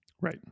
Right